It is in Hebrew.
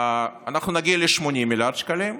אנחנו נגיע ל-80 מיליארד שקלים,